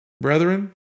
Brethren